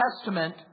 Testament